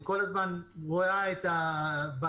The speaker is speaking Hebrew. היא כל הזמן רואה את הבעיות.